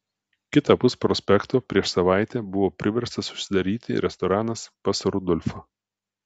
kitapus prospekto prieš savaitę buvo priverstas užsidaryti restoranas pas rudolfą